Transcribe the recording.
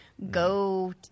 Go